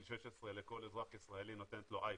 16 לכל אזרח ישראלי ונותנת לו אייפון,